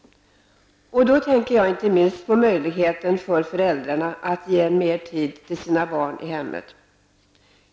Jag tänker inte minst på möjligheten för föräldrarna att ge mer tid till sina barn i hemmet.